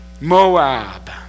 Moab